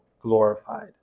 glorified